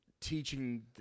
teaching